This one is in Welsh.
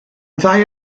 ddau